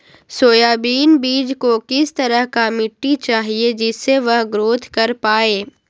Soybean बीज को किस तरह का मिट्टी चाहिए जिससे वह ग्रोथ कर पाए?